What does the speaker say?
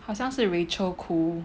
好像是 Rachel Khoo